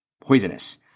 poisonous